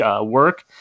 work